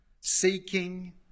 seeking